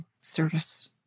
service